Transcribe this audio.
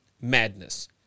madness